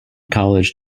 college